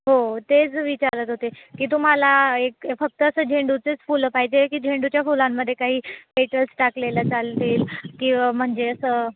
हो तेच विचारत होते की तुम्हाला एक फक्त असं झेंडूचेच फुलं पाहिजे की झेंडूच्या फुलांमध्ये काही पेटल्स टाकलेला चालतील किंवा म्हणजे असं